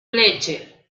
leche